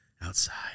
outside